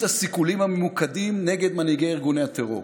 הסיכולים הממוקדים נגד מנהיגי ארגוני הטרור.